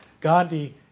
Gandhi